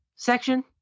section